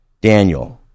Daniel